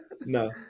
no